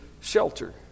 shelter